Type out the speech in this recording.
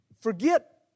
forget